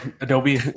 Adobe